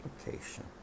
application